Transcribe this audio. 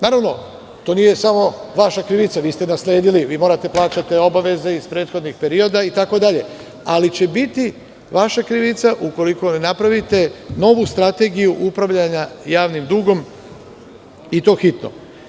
Naravno, to nije samo vaša krivica, vi ste nasledili, vi morate da plaćate iz prethodnog perioda obaveze, ali će biti vaša krivica, ukoliko ne napravite novu strategiju upravljanja javnim dugom i to hitno.